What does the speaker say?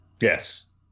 Yes